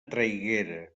traiguera